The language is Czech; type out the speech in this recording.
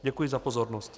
Děkuji za pozornost.